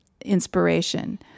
inspiration